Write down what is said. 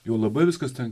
jau labai viskas ten